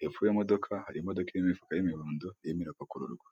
hepfo y'imodoka hari imodoka n'imifuka y'imihondo irimo irapakururwa.